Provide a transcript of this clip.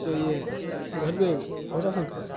تو یہ گھر پہ پہنچا سکتے ہیں